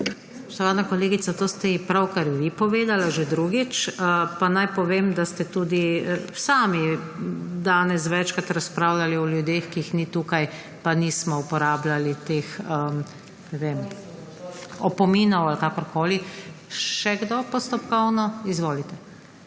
Spoštovan kolegica, to ste ji pravkar vi povedali, že drugič. Naj povem, da ste tudi sami danes večkrat razpravljali o ljudeh, ki jih ni tukaj, pa nismo uporabljali teh opominov ali kakorkoli. Še kdo postopkovno? (Da.) Izvolite.